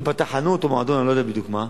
שפתח חנות או מועדון, אני לא יודע בדיוק מה,